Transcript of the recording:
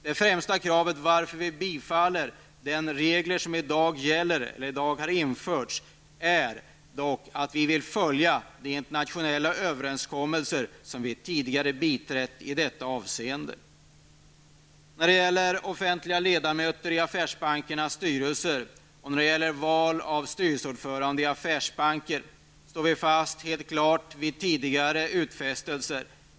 Det främsta skälet till att vi går med på de regler som i dag införs är dock att vi vill följa internationella överenskommelser i detta avseende som vi tidigare har biträtt. I frågan om offentliga ledamöter i affärsbankers styrelser och val av styrelseordförande i affärsbank står vi klart fast vid tidigare utfästelser.